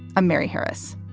i'm mary harris.